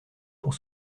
pour